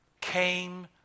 came